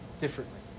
differently